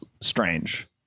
strange